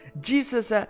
Jesus